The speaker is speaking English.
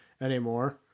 anymore